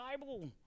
Bible